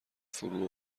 فرو